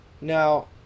Now